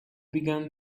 began